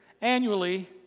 annually